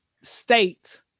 state